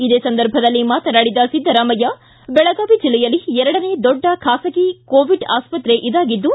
ಇದೇ ಸಂದರ್ಭದಲ್ಲಿ ಮಾತನಾಡಿದ ಸಿದ್ಧರಾಮಯ್ಯ ಬೆಳಗಾವಿ ಜಿಲ್ಲೆಯಲ್ಲಿ ಎರಡನೇ ದೊಡ್ಡ ಖಾಸಗಿ ಕೋವಿಡ್ ಆಸ್ಪತ್ರ ಇದಾಗಿದ್ದು